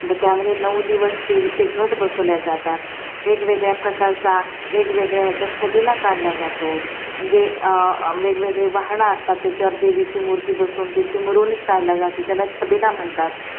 तर त्यामध्ये नऊ दिवस देवीचे घट बसवल्या जातात वेगवेगळ्या प्रकारचा वेगवेगळ्या याचा छबिना काढल्या जातो जे वेगवेगळी वाहणं असतात त्याच्यावर देवीची मूर्ती बसवून त्याची मिरवणूक काढल्या जाते त्याला छबिना म्हणतात